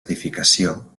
edificació